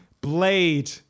blade